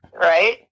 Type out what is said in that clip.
right